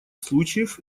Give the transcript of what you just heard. случаев